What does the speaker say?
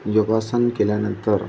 योगासन केल्यानंतर